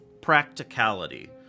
practicality